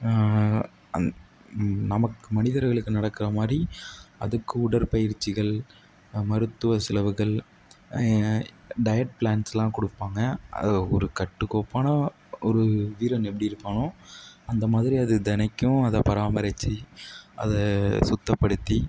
அந் நமக்கு மனிதர்களுக்கு நடக்கிற மாதிரி அதுக்கு உடற்பயிற்சிகள் மருத்துவ செலவுகள் டயட் ப்ளான்ஸெல்லாம் கொடுப்பாங்க அது ஒரு கட்டுக்கோப்பான ஒரு வீரன் எப்படி இருப்பானோ அந்த மாதிரி அது தெனக்கும் அதை பராமரித்து அதை சுத்தப்படுத்தி